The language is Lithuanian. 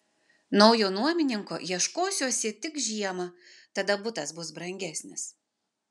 naujo nuomininko ieškosiuosi tik žiemą tada butas bus brangesnis